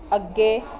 ਅੱਗੇ